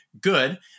good